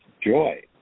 joy